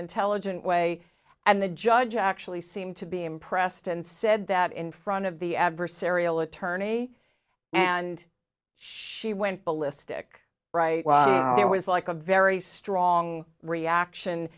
intelligent way and the judge actually seemed to be impressed and said that in front of the adversarial attorney and she went ballistic right there was like a very strong reaction